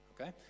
Okay